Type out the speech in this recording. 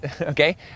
Okay